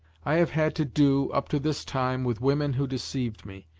i have had to do, up to this time, with women who deceived me,